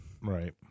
Right